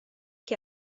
che